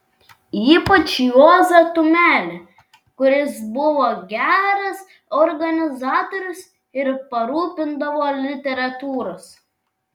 ypač juozą tumelį kuris buvo geras organizatorius ir parūpindavo literatūros